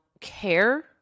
care